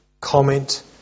comment